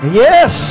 yes